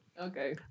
Okay